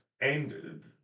ended